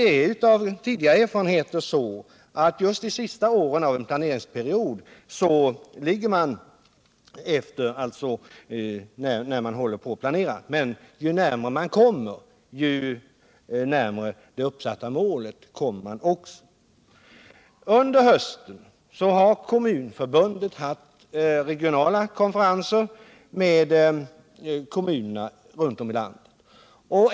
Man vet av tidigare erfarenhet att just under de sista åren i en planeringsperiod ligger man efter, men ju närmare periodens slut man kommer, desto närmare kommer man också det uppsatta målet. Under hösten har Kommunförbundet haft regionala konferenser med kommunerna runt om i landet.